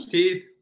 Teeth